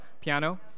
piano